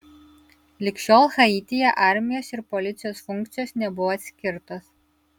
lig šiol haityje armijos ir policijos funkcijos nebuvo atskirtos